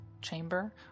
chamber